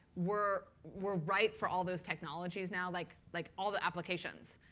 we're we're right for all those technologies now, like like all the applications.